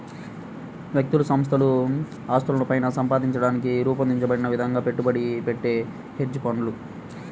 వ్యక్తులు సంస్థల ఆస్తులను పైన సంపాదించడానికి రూపొందించబడిన విధంగా పెట్టుబడి పెట్టే హెడ్జ్ ఫండ్లు